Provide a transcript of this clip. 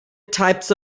types